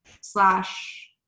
slash